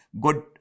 good